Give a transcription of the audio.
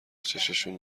چششون